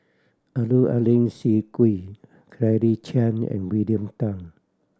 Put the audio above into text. Abdul Aleem Siddique Claire Chiang and William Tan